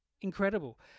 incredible